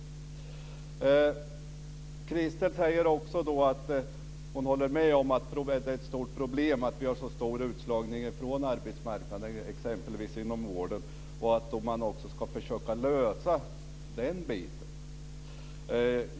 Christel säger också att hon håller med om att det är ett stort problem att vi har så stor utslagning från arbetsmarknaden inom exempelvis vården och att man också ska försöka lösa den biten.